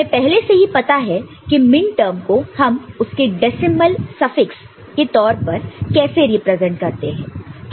हमें पहले से ही पता है कि मिनटर्म को हम उसके डेसिमल सफिक्स के तौर पर कैसे रिप्रेजेंट करते हैं